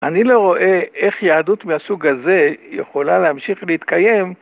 אני לא רואה איך יהדות מהסוג הזה יכולה להמשיך להתקיים.